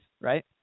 right